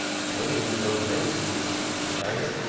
the paintings were of many schools the china,